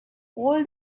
all